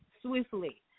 swiftly